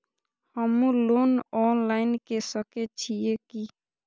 हमू loan online के सके छीये की?